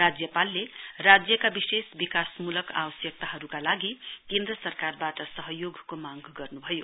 राज्यपालले राज्यका विशेष विकासमूलक आवश्कताहरूका लागि केन्द्र सरकारबाट सहयोगको मांग गर्न्भयो